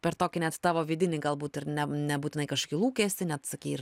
per tokį net tavo vidinį galbūt ir ne nebūtinai kažkokį lūkestį net sakei ir